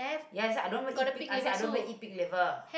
ya I said I don't even eat pig I don't even eat pig liver